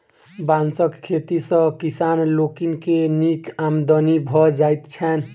बाँसक खेती सॅ किसान लोकनि के नीक आमदनी भ जाइत छैन